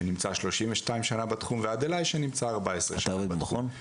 שנמצא 32 שנה בתחום ועד אליי שנמצא 14 שנה בתחום.